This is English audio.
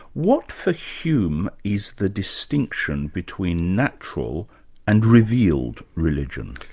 what for hume, is the distinction between natural and reveale' religion?